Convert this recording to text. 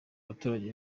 abaturage